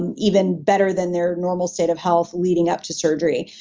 and even better than they're normal state of health leading up to surgery.